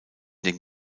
den